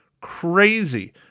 crazy